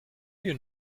you